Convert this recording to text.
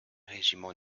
régiment